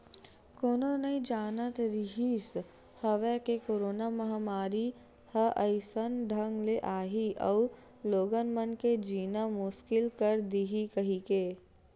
कोनो नइ जानत रिहिस हवय के करोना महामारी ह अइसन ढंग ले आही अउ लोगन मन के जीना मुसकिल कर दिही कहिके